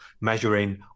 measuring